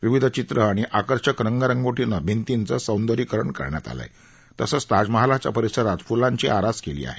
विविध चित्र आणि आकर्षक रंगरंगोटीनं भिंतीचं सौंदर्यीकरण केलं आहे तसंच ताजमहालाच्या परिसरात फुलांची आरासही केली आहे